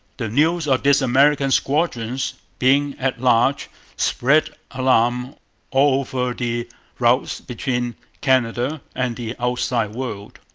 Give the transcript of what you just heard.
the news of this american squadron's being at large spread alarm all over the routes between canada and the outside world.